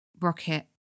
rocket